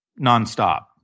nonstop